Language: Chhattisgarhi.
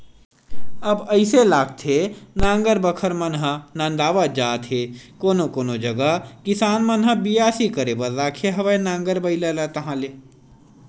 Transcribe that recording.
अब अइसे लागथे नांगर बखर मन ह नंदात जात हे कोनो कोनो जगा किसान मन ह बियासी करे बर राखे हवय नांगर बइला ला ताहले